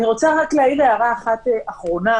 אני רוצה רק להעיר הערה אחת אחרונה.